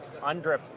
UNDRIP